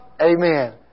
amen